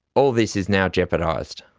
all this is now jeopardised.